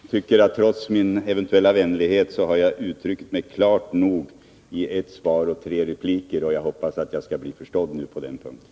Herr talman! Jag tycker att jag, trots min eventuella vänlighet, har uttryckt mig klart nog i ett svar och tre repliker. Jag hoppas att jag nu skall bli förstådd på denna punkt.